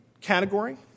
category